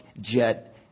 jet